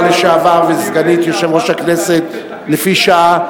אני מאוד מודה לשרה לשעבר וסגנית יושב-ראש הכנסת לפי שעה.